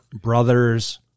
brothers